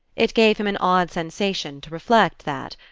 it gave him an odd sensation to reflect that,